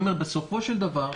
בסופו של דבר,